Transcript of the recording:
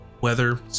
weather